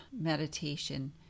meditation